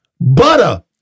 Butter